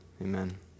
Amen